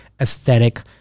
aesthetic